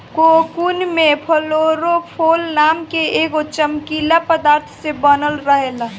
cocoon में fluorophore नाम के एगो चमकीला पदार्थ से बनल रहेला